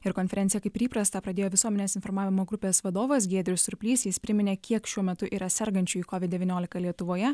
ir konferenciją kaip ir įprasta pradėjo visuomenės informavimo grupės vadovas giedrius surplys jis priminė kiek šiuo metu yra sergančiųjų kovid devyniolika lietuvoje